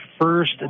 first